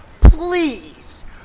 please